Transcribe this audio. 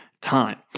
time